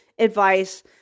advice